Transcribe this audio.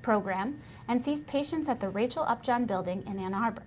program and sees patients at the rachel upjohn building in ann arbor.